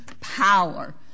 power